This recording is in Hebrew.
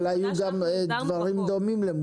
אבל היו דברים דומים.